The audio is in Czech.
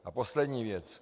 A poslední věc.